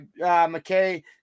McKay